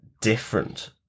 different